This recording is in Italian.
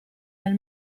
nel